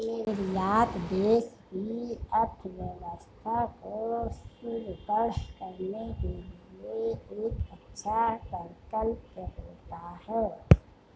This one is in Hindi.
निर्यात देश की अर्थव्यवस्था को सुदृढ़ करने के लिए एक अच्छा प्रकल्प होता है